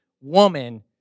woman